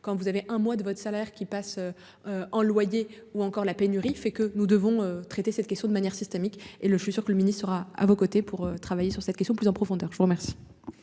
Quand vous avez un mois de votre salaire qui passe. En loyer ou encore la pénurie, fait que nous devons traiter cette question de manière systémique et le, je suis sûr que le mini sera à vos côtés pour travailler sur cette question plus en profondeur. Je vous remercie.